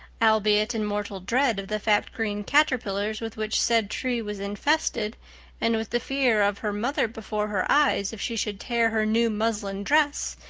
albeit in mortal dread of the fat green caterpillars with which said tree was infested and with the fear of her mother before her eyes if she should tear her new muslin dress,